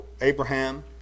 Abraham